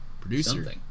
Producer